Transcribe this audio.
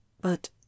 But